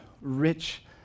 rich